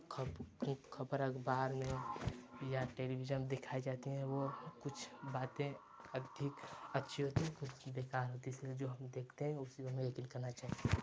खबर अखबार में या टेलीविज़न दिखाई जाती हैं वो कुछ बातें अधिक अच्छी होती हैं कुछ बेकार होती हैं इसलिए जो हम देखते हैं उसी में हमें यकीन करना चाहिए